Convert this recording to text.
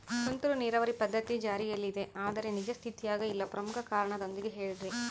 ತುಂತುರು ನೇರಾವರಿ ಪದ್ಧತಿ ಜಾರಿಯಲ್ಲಿದೆ ಆದರೆ ನಿಜ ಸ್ಥಿತಿಯಾಗ ಇಲ್ಲ ಪ್ರಮುಖ ಕಾರಣದೊಂದಿಗೆ ಹೇಳ್ರಿ?